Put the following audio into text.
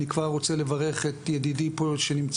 אני כבר רוצה לברך את ידידי שנמצא,